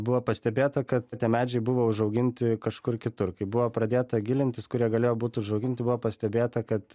buvo pastebėta kad tie medžiai buvo užauginti kažkur kitur kai buvo pradėta gilintis kur jie galėjo būt užauginti buvo pastebėta kad